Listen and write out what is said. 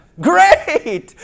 great